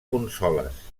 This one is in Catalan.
consoles